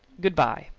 good-bye.